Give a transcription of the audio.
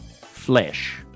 flesh